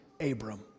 Abram